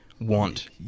want